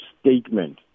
statement